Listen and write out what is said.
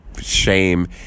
shame